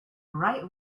right